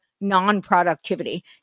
non-productivity